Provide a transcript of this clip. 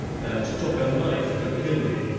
and took a knife to kill me.